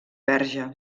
verge